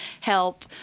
help